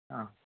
ಹಾಂ